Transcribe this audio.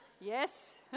Yes